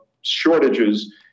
shortages